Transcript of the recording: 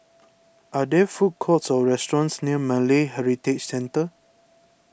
are there food courts or restaurants near Malay Heritage Centre